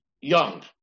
young